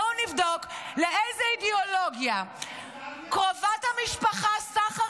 בואו נבדוק לאיזו אידיאולוגיה קרובת המשפחה סחר